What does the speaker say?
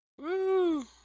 Woo